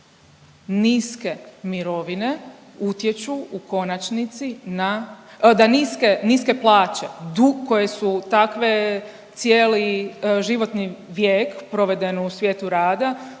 niske mirovine utječu u konačnici na, da niske, niske plaće koje su takve cijeli životni vijek proveden u svijetu rada